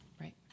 Right